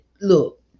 Look